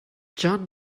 john